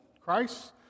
Christ